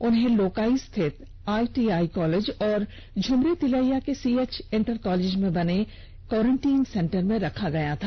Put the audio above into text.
उन्हें लोकाई स्थित ITI college और झमरीतिलैया के सीएच इंटर कॉलेज में बने क्वारंटीन सेंटर में रखा गया था